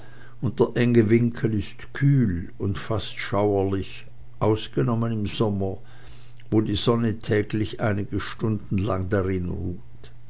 enge winkel ist kühl und fast schauerlich ausgenommen im sommer wo die sonne täglich einige stunden lang darin ruht